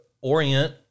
Orient